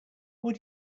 what